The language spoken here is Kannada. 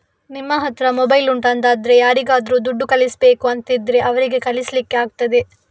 ನಿಮ್ಮ ಹತ್ರ ಮೊಬೈಲ್ ಉಂಟು ಅಂತಾದ್ರೆ ಯಾರಿಗಾದ್ರೂ ದುಡ್ಡು ಕಳಿಸ್ಬೇಕು ಅಂತಿದ್ರೆ ಅವರಿಗೆ ಕಳಿಸ್ಲಿಕ್ಕೆ ಆಗ್ತದೆ